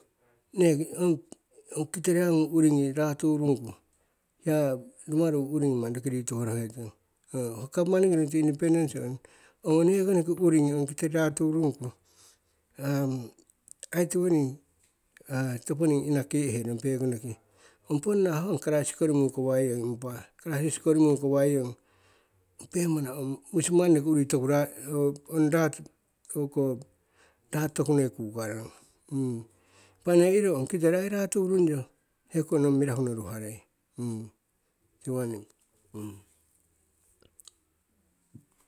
Neki ong, ong kitoriya ngung urigi raturungku, hiya, rumaru uri ngi manni roki rituhuro hetong. Ho gavmani ong nekono ki urigi ong kitori raturungku, ai tiwoning, toponing inake'ehe rong pekono ki. Ong ponna ho ong crisisi kori mukawaiyong impa crisisi kori mukawai yong, pemana ong musimang noki urui ratu tokunoi kukarong. Impa nne iro ai ong kitori raturung yo, hekono mirahu nno ruharei tiwoning